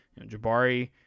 Jabari